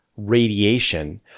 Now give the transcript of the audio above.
radiation